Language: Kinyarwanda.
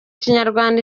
kinyarwanda